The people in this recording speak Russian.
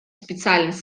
специальной